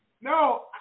No